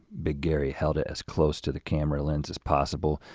big gary held it as close to the camera lens as possible,